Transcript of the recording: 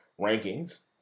rankings